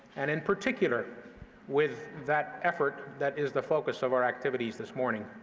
and in particular with that effort that is the focus of our activities this morning,